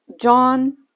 John